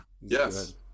Yes